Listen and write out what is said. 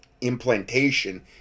implantation